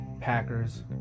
Packers